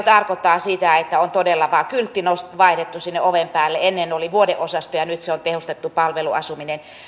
tarkoittaa sitä että on todella vain kyltti vaihdettu sinne oven päälle ennen oli vuodeosasto ja nyt se on tehostettu palveluasuminen